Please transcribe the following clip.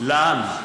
לאן?